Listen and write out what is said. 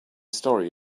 story